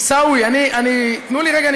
עיסאווי, תנו לי רגע.